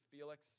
Felix